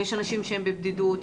יש אנשים בבדידות,